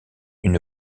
une